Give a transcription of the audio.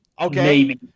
Okay